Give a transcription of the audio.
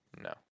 No